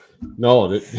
No